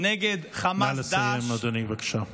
נגד חמאס, נא לסיים, אדוני, בבקשה.